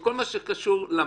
או כל מה שקשור למערכת,